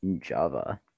Java